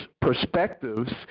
perspectives